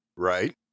Right